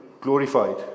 glorified